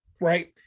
right